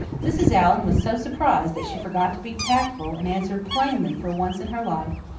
mrs. allan was so surprised that she forgot to be tactful, and answered plainly for once in her life,